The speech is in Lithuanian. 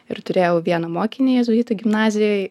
ir turėjau vieną mokinį jėzuitų gimnazijoj